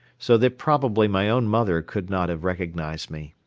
so that probably my own mother could not have recognized me.